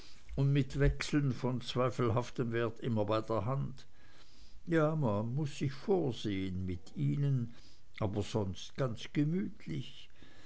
und mit wechseln von zweifelhaftem wert immer bei der hand ja man muß sich vorsehen mit ihnen aber sonst ganz gemütlich